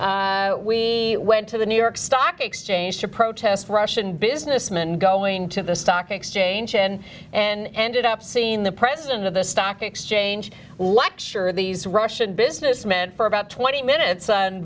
we went to the new york stock exchange to protest russian businessmen going to the stock exchange and and ended up seeing the president of the stock exchange like sure these russian business meant for about twenty minutes on